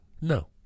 no